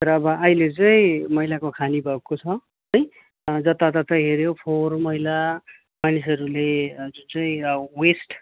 तर अब अहिले चाहिँ मैलाको खानी भएको छ है जताततै हेऱ्यो फोहर मैला मानिसहरूले जुन चाहिँ वेस्ट